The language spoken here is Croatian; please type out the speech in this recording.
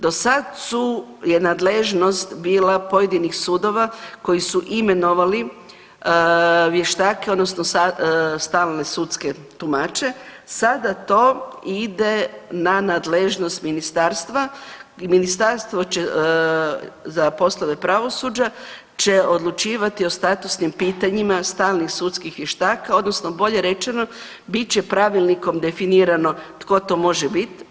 Do sad su, je nadležnost bila pojedinih sudova koji su imenovali vještake odnosno stalne sudske tumače, sada to ide na nadležnost ministarstva, ministarstvo će za poslove pravosuđa će odlučivati o statusnim pitanjima stalnih sudskih vještaka odnosno bolje rečeno bit će pravilnikom definirano tko to može bit.